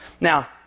Now